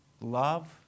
love